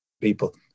people